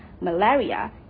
malaria